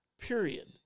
period